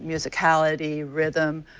musticality, rhythm,